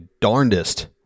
darndest